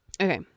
Okay